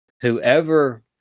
Whoever